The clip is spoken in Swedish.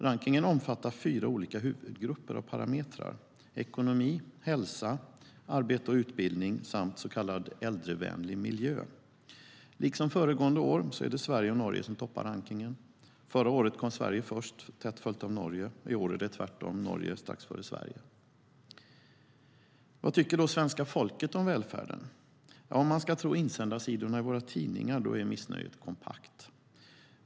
Rankningen omfattar fyra olika huvudgrupper av parametrar: ekonomi, hälsa, arbete och utbildning samt så kallad äldrevänlig miljö. Liksom föregående år är det Sverige och Norge som toppar rankningen. Förra året kom Sverige först, tätt följt av Norge. I år är det tvärtom: Norge vinner strax före Sverige. Vad tycker då svenska folket om välfärden? Om man ska tro insändarsidorna i våra tidningar är missnöjet kompakt.